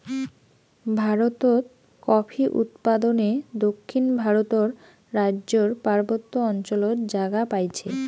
ভারতত কফি উৎপাদনে দক্ষিণ ভারতর রাইজ্যর পার্বত্য অঞ্চলত জাগা পাইছে